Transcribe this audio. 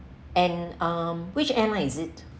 and um which airlines it